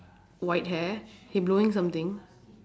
white hair he blowing something